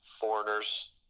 foreigners